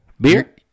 Beer